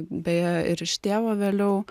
beje ir iš tėvo vėliau